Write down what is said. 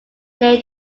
lay